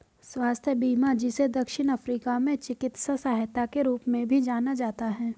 स्वास्थ्य बीमा जिसे दक्षिण अफ्रीका में चिकित्सा सहायता के रूप में भी जाना जाता है